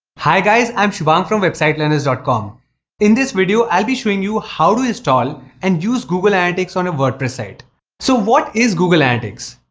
hi guys! i'm subhang from websitelearners dot com in this video, i'll be showing you how to install and use google analytics on your wordpress site so, what is google analytics?